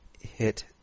hit